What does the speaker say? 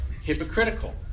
hypocritical